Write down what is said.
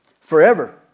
Forever